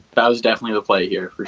that was definitely the play here.